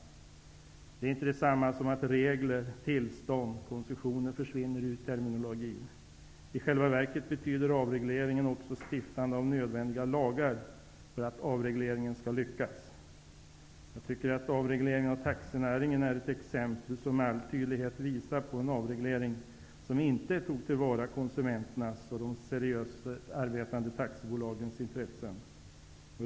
Det är inte detsamma som att ord som regler, tillstånd och koncessioner försvinner ur terminologin. I själva verket betyder avregleringen också att man måste stifta nödvändiga lagar för att den skall lyckas. Jag tycker att avregleringen av taxinäringen är ett exempel som med all tydlighet visar på en avreglering som inte tog till vara konsumenternas och de seriöst arbetande taxiföretagens intressen.